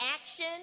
action